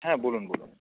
হ্যাঁ বলুন বলুন